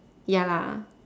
ya lah